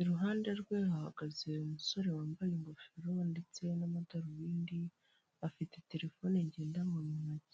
iruhande rwe hahagaze umusore wambaye ingofero ndetse n'amadarubindi afite telefone ngendanwa ntoki.